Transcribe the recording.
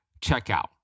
checkout